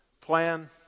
Plan